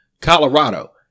Colorado